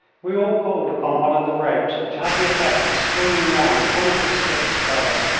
we all pulled upon one of the ropes, which had the effect of swinging round one of the sticks above us,